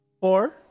Four